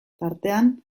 tartean